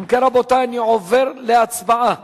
אם כן, רבותי, אני עובר להצבעה